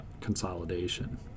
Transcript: consolidation